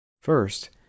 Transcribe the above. First